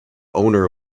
owner